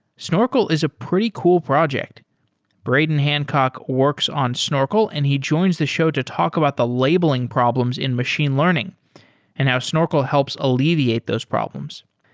snorkel is a pretty cool project braden hancock works on snorkel and he joins the show to talk about the labeling problems in machine learning and how snorkel helps alleviate those problems.